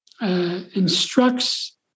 instructs